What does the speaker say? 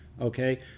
okay